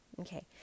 Okay